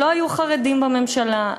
לא היו חרדים בממשלה,